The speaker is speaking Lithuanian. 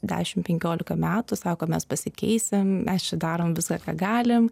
dešim penkiolika metų sako mes pasikeisim mes čia darom visa ką galim